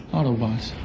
Autobots